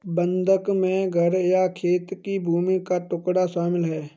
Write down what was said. बंधक में घर या खेत की भूमि का टुकड़ा शामिल है